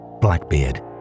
Blackbeard